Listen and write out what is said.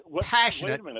passionate